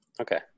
Okay